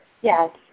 Yes